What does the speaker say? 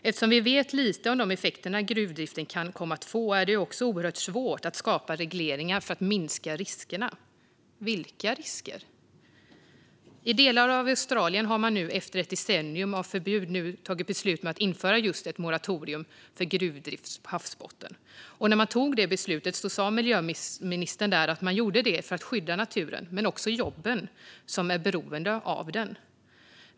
Eftersom vi vet lite om de effekter gruvdriften kan komma att få är det oerhört svårt att skapa regleringar för att minska riskerna - vilka risker? I delar av Australien har man efter ett decennium av förbud nu tagit beslut om att införa just ett moratorium för gruvdrift på havsbotten. När man tog det beslutet sa miljöministern där att man gjorde det för att skydda naturen men också jobben, som är beroende av den.